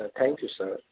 thank you sir